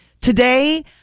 Today